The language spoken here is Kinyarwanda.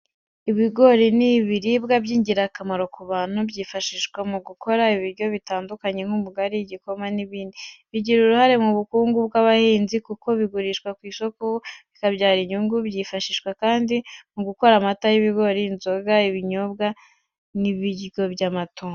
Ibigori ni ibiribwa by'ingirakamaro ku bantu, byifashishwa mu gukora ibiryo bitandukanye nk'ubugari, igikoma n’ibindi. Bigira uruhare mu bukungu bw’abahinzi kuko bigurishwa ku isoko, bikabyara inyungu. Byifashishwa kandi mu gukora amata y’ibigori, inzoga, ibinyobwa, n’ibiryo by’amatungo.